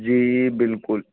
जी बिल्कुल